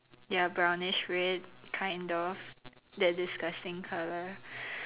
ya brownish red kind of that disgusting colour